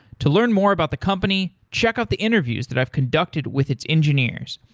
to learn more about the company, check out the interviews that i've conducted with its engineers.